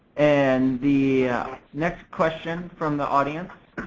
and the next question from the audience